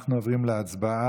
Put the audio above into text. אנחנו עוברים להצבעה